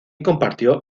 compartió